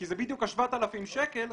כי זה בדיוק ה-7,000 שקל,